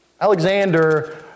Alexander